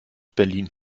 berlin